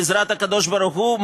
בעזרת הקדוש-ברוך-הוא,